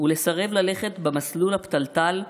ולסרב ללכת במסלול הפתלתל,